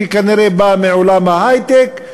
שכנראה בא מעולם ההיי-טק.